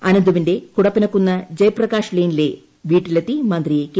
അനന്തുവിന്റെ കൂടപ്പനക്കുന്ന് ജയപ്രകാശ് ലൈനിലെ വീട്ടിലെത്തി മന്ത്രി കെ